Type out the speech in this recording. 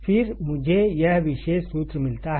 फिर मुझे यह विशेष सूत्र मिलता है